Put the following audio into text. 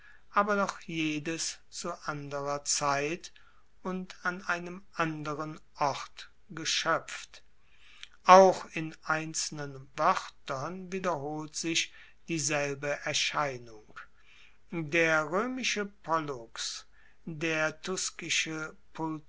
aber doch jedes zu anderer zeit und an einem anderen ort geschoepft auch in einzelnen woertern wiederholt sich dieselbe erscheinung der roemische pollux der